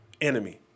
enemy